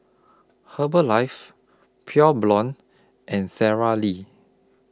Herbalife Pure Blonde and Sara Lee